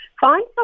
find